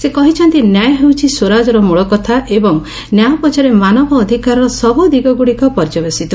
ସେ କହିଛନ୍ତି ନ୍ୟାୟ ହେଉଛି ସ୍ୱରାଜର ମୂଳକଥା ଏବଂ ନ୍ୟାୟ ପଛରେ ମାନବ ଅଧିକାରର ସବୁ ଦିଗଗୁଡ଼ିକ ପର୍ଯ୍ୟବସିତ